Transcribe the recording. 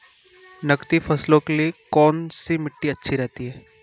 नकदी फसलों के लिए कौन सी मिट्टी अच्छी रहती है?